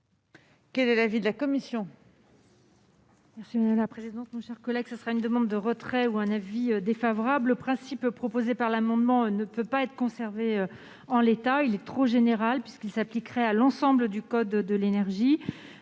Quel est l'avis de la commission